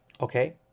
Okay